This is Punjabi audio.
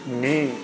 ਨੀਂਹ